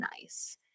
nice